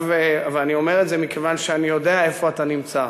ואני אומר את זה מכיוון שאני יודע איפה אתה נמצא.